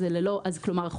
כלומר,